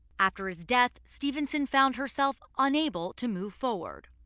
after his death stevenson found herself unable to move forward.